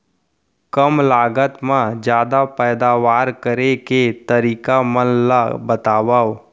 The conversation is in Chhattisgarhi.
कम लागत मा जादा पैदावार करे के तरीका मन ला बतावव?